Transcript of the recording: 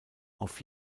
auf